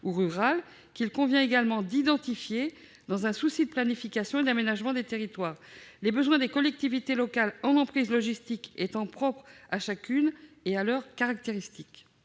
ou rurale. Or il convient de les identifier également, dans un souci de planification et d'aménagement des territoires, les besoins des collectivités territoriales en emprises logistiques étant propres à chacune, selon ses caractéristiques.